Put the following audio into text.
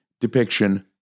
depiction